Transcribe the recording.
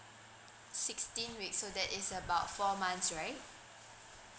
sixteen weeks so that is about four months right